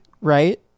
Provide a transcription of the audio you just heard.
right